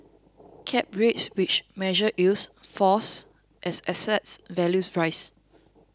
cap rates which measure yields falls as assets values rise